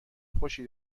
خوشی